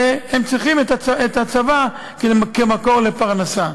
והם צריכים את הצבא כמקור לפרנסה.